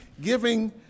Giving